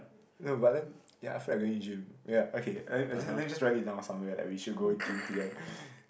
no but then ya I feel like going gym ya okay as in then just write it down somewhere like we should go gym together